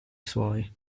suoi